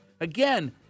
Again